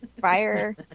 fire